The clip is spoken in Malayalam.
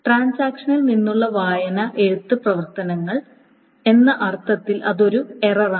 ട്രാൻസാക്ഷനിൽ നിന്നുള്ള വായന എഴുത്ത് പ്രവർത്തനങ്ങൾ എന്ന അർത്ഥത്തിൽ അതൊരു എററാണ്